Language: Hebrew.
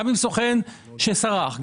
גם עם סוכן שסרח.